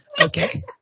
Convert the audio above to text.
Okay